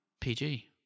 PG